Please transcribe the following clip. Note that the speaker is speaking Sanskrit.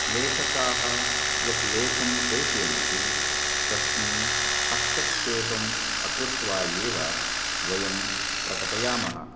लेखकाः यत् लेखं प्रेषयन्ति तस्मिन् हस्तक्षेपम् अकृत्वा एव वयं प्रकटयामः